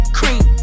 cream